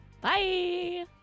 Bye